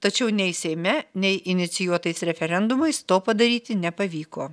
tačiau nei seime nei inicijuotais referendumais to padaryti nepavyko